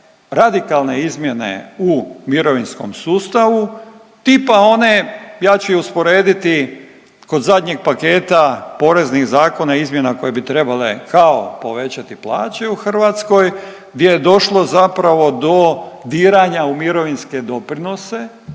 radikalne izmjene u mirovinskom sustavu tipa one ja ću je usporediti kod zadnjeg paketa poreznih zakona, izmjena koje bi trebale kao povećati plaće u Hrvatskoj, gdje je došlo zapravo do diranja u mirovinske doprinose